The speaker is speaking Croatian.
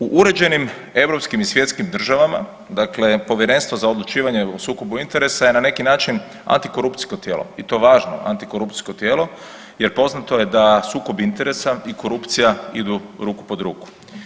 U uređenim europskim i svjetskim državama, dakle Povjerenstvo za odlučivanje o sukobu interesa je na neki način antikorupcijsko tijelo i to važno antikorupcijsko tijelo, jer poznato je da sukob interesa i korupcija idu ruku pod ruku.